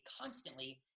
constantly